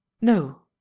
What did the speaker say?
no